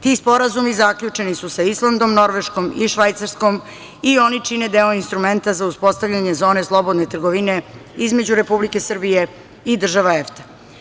Ti sporazumi zaključeni su sa Islandom, Norveškom i Švajcarskom i oni čine deo instrumenta za uspostavljanje zone slobodne trgovine između Republike Srbije i država EFTA.